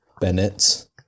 Bennett